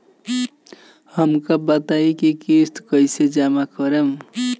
हम का बताई की किस्त कईसे जमा करेम?